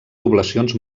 poblacions